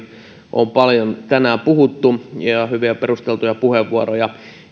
on paljon tänään puhuttu ihan hyviä perusteltuja puheenvuoroja